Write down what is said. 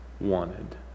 wanted